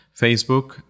Facebook